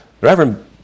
Reverend